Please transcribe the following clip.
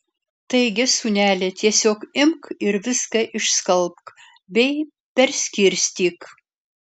taigi sūneli tiesiog imk ir viską išskalbk bei perskirstyk